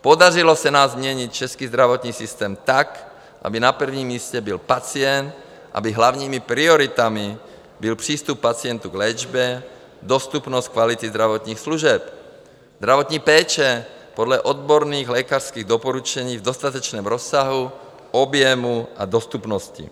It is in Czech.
Podařilo se nám změnit český zdravotní sytém tak, aby na prvním místě byl pacient, aby hlavními prioritami byl přístup pacientů k léčbě a dostupnost kvality zdravotních služeb, zdravotní péče podle odborných lékařských doporučení v dostatečném rozsahu, objemu a dostupnosti.